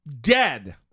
dead